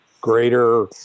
greater